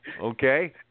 Okay